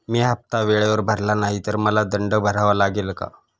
मी हफ्ता वेळेवर भरला नाही तर मला दंड भरावा लागेल का?